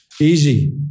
easy